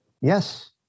Yes